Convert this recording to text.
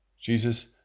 Jesus